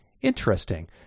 Interesting